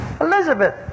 Elizabeth